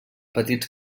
petits